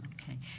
Okay